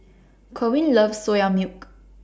Kerwin loves Soya Milk